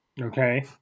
Okay